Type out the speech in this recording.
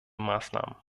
maßnahmen